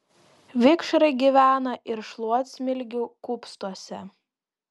vikšrai gyvena ir šluotsmilgių kupstuose